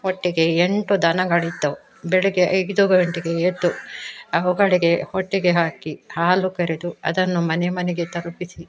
ಒಟ್ಟಿಗೆ ಎಂಟು ದನಗಳಿದ್ದವು ಬೆಳಗ್ಗೆ ಐದು ಗಂಟೆಗೆ ಎದ್ದು ಅವುಗಳಿಗೆ ಹೊಟ್ಟೆಗೆ ಹಾಕಿ ಹಾಲು ಕರೆದು ಅದನ್ನು ಮನೆ ಮನೆಗೆ ತಲುಪಿಸಿ